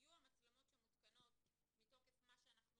יהיו המצלמות שמותקנות מתוקף מה שאנחנו